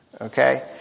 okay